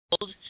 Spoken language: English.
old